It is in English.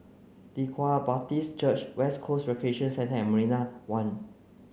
Leng Kwang Baptist Church West Coast Recreation Centre and Marina One